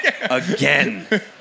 Again